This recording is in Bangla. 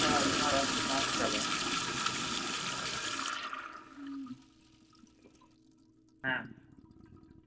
এটা আপনার আছে পাঁচতলা হ্যাঁ